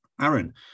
Aaron